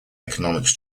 economics